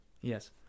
yes